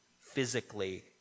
physically